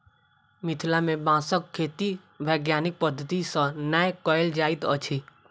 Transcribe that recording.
मिथिला मे बाँसक खेती वैज्ञानिक पद्धति सॅ नै कयल जाइत अछि